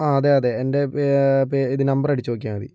ആ അതെ അതെ എൻ്റെ ഇത് നമ്പർ അടിച്ച് നോക്കിയാൽ മതി